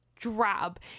Drab